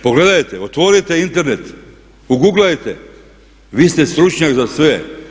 Pogledajte, otvorite Internet, uguglajte, vi ste stručnjak za sve.